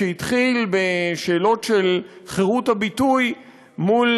שהתחיל בשאלות של חירות הביטוי מול